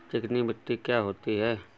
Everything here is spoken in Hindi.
चिकनी मिट्टी क्या होती है?